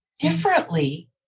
differently